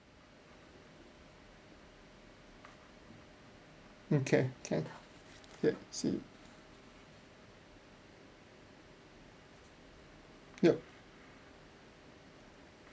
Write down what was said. okay can yup see yup